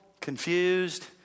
confused